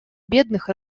бедных